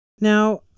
Now